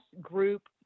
group